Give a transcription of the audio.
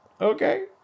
okay